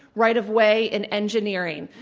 right of way, and engineering.